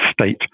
state